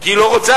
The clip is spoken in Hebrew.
כי היא לא רוצה,